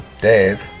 Dave